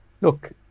look